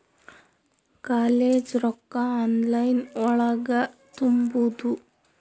College ರೊಕ್ಕ online ಒಳಗ ತುಂಬುದು?